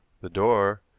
the door,